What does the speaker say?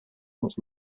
months